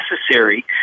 necessary